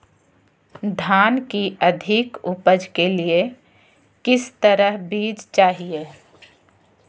धान की अधिक उपज के लिए किस तरह बीज चाहिए?